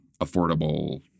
affordable